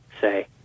say